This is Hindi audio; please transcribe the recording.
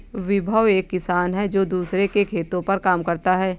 विभव एक किसान है जो दूसरों के खेतो पर काम करता है